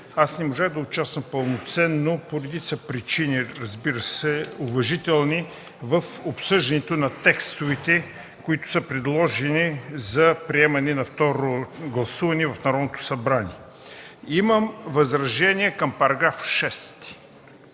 не можах да участвам пълноценно по редица причини, разбира се, уважителни, в обсъждането на текстовете, които са предложени за приемане на второ гласуване в Народното събрание. Имам възражение към § 6